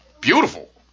beautiful